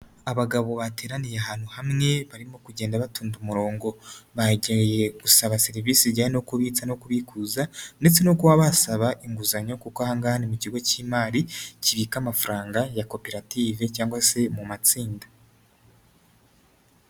Abagabo bateraniye ahantu hamwe barimo kugenda batonda umurongo, bagiye gusaba serivisi zijyanye no kubica no kubikuza ndetse no kuba basaba inguzanyo kuko aha ngana ni mu kigo k'imari kibika amafaranga ya koperative cyangwa se mu matsinda.